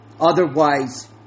Otherwise